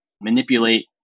manipulate